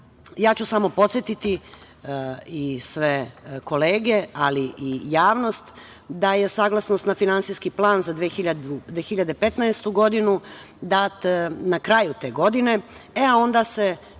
ću samo podsetiti i sve kolege, ali i javnost, da je saglasnost na Finansijski plan za 2015. godinu dat na kraju te godine, a onda se